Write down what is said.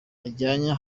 ajyanye